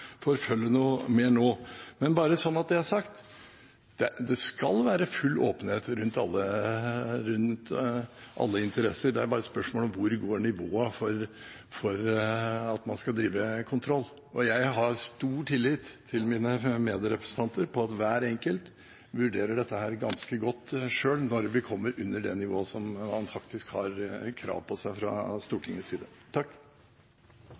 noe mer nå. Men bare så det er sagt: Det skal være full åpenhet rundt alle interesser. Det er bare et spørsmål om hvor nivået går for at man skal drive kontroll. Og jeg har stor tillit til at hver enkelt av mine medrepresentanter vurderer dette ganske godt, selv når vi kommer under det nivået som faktisk kreves fra Stortingets side. Flere har ikke bedt om ordet til sak nr. 1 Etter ønske fra